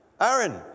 Aaron